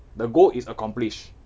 the goal is accomplished